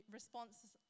responses